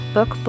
Book